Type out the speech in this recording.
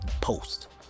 post